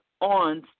on